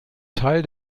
teil